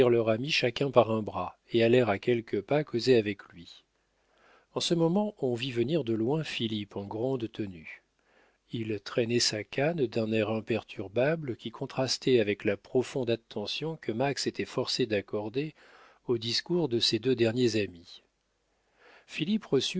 ami chacun par un bras et allèrent à quelques pas causer avec lui en ce moment on vit venir de loin philippe en grande tenue il traînait sa canne d'un air imperturbable qui contrastait avec la profonde attention que max était forcé d'accorder aux discours de ses deux derniers amis